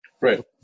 right